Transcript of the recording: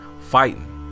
fighting